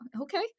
okay